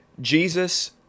Jesus